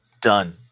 Done